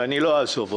ואני לא אעזוב אותו,